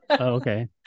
Okay